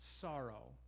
sorrow